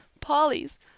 Polly's—